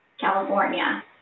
California